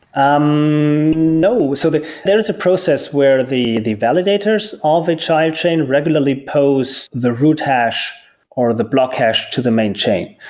um no. so there is a process where the the validators, all the child chain regularly pose the root hash or the block hash to the main chain.